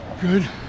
good